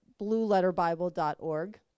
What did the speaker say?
blueletterbible.org